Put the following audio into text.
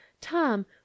Tom